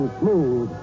smooth